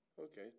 Okay